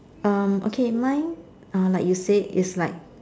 um okay mine like you say it's like